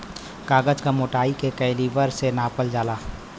कागज क मोटाई के कैलीबर से नापल जाला